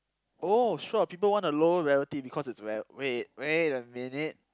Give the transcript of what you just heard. oh sure people want the low reality because it's very wait wait a minute